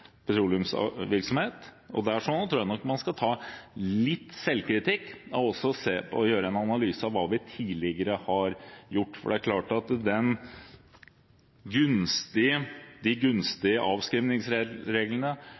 petroleumsvirksomhet, og der tror jeg nok man skal ta litt selvkritikk og gjøre en analyse av hva vi tidligere har gjort. For det er klart at de